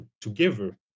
together